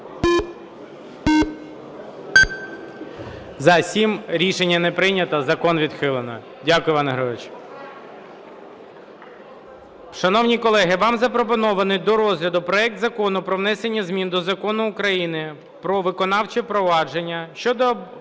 За-7 Рішення не прийнято. Закон відхилено. Дякую, Іване Григоровичу.